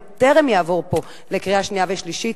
בטרם יעבור לפה לקריאה שנייה ושלישית,